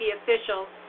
officials